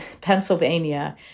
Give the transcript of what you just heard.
Pennsylvania